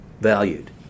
valued